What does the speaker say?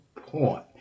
point